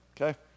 okay